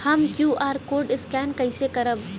हम QR code scan कइसे करब?